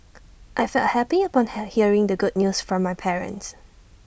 I felt happy upon her hearing the good news from my parents